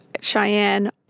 Cheyenne